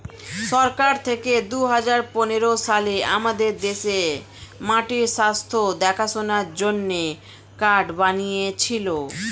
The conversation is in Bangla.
সরকার থেকে দুহাজার পনেরো সালে আমাদের দেশে মাটির স্বাস্থ্য দেখাশোনার জন্যে কার্ড বানিয়েছিলো